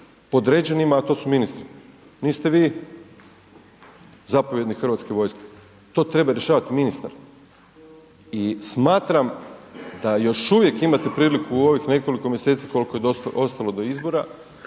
podređenima, a to su ministri, niste vi zapovjednik hrvatske vojske. To treba rješavati ministar i smatram da još uvijek imate priliku u ovih nekoliko mjeseci koliko je ostalo do izbora